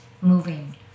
moving